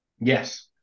Yes